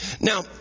Now